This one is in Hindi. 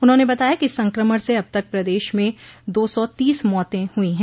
उन्होंने बताया कि इस सक्रमण से अब तक प्रदेश में दो सौ तीस मौते हुई है